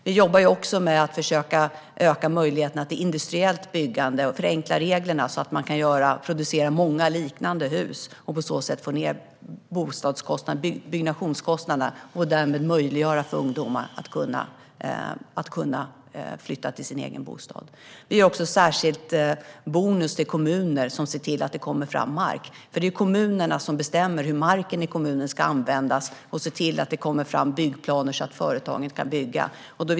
Vi jobbar också med att försöka öka möjligheterna till industriellt byggande och förenkla reglerna, så att man kan producera många liknande hus och på så sätt få ned byggkostnaderna och därmed möjliggöra för ungdomar att flytta till sin egen bostad. Vi ger också en särskild bonus till kommuner som ser till att det kommer fram mark, för det är kommunerna som bestämmer hur marken ska användas och som ser till att det kommer fram byggplaner så att företagen kan bygga.